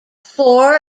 four